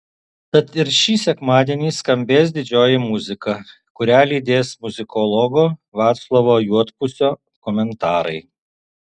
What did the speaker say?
tad ir šį sekmadienį skambės didžioji muzika kurią lydės muzikologo vaclovo juodpusio komentarai